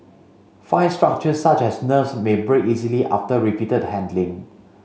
fine structures such as nerves may break easily after repeated handling